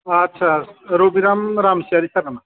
आच्चा रबिराम रामसियारि सार नामा